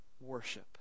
worship